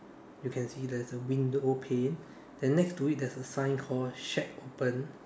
you can see there's a window pane then next to it there's a sign called shack open